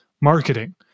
marketing